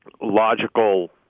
logical